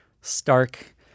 stark